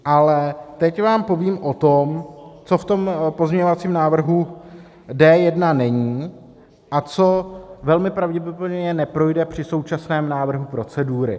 Ale teď vám povím o tom, co v tom pozměňovacím návrhu D1 není a co velmi pravděpodobně neprojde při současném návrhu procedury.